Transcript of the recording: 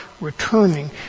returning